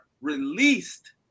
released